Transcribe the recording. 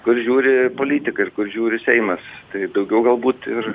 kur žiūri politikai kur žiūri seimas tai daugiau galbūt ir